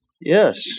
Yes